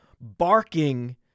barking